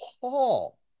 paul